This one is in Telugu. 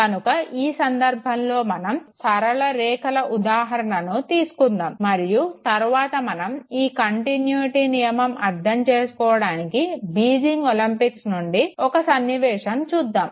కనుక ఈ సంధర్భంలో మనం సరళ రేఖాల ఉదాహరణను తీసుకుందాము మరియు తరువాత మనం ఈ కంటిన్యుటీ నియమం అర్దం చేసుకోవడానికి బీజింగ్ ఒలింపిక్స్ నుండి ఒక సన్నివేశం చూద్దాము